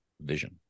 vision